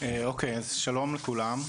שלום לכולם,